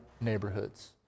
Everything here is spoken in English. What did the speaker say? neighborhoods